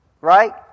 right